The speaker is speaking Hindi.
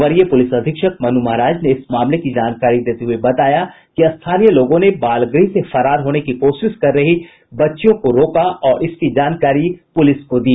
वरीय पुलिस अधीक्षक मनु महाराज ने इस मामले की जानकारी देते हुए बताया कि स्थानीय लोगों ने बाल गृह से फरार होने की कोशिश कर रही बच्चियों को रोका और इसकी जानकारी पुलिस को दी